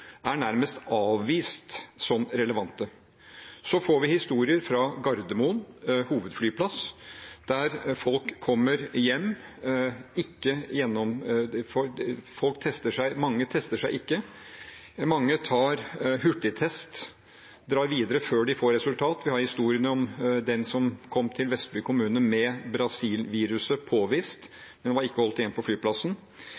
er nærmest avvist som relevante. Så får vi historier fra Gardermoen – hovedflyplassen – der folk kommer hjem. Mange tester seg ikke, og mange tar en hurtigtest og drar videre før de får resultatet. Vi har historien om personen som kom til Vestby kommune med